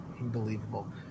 Unbelievable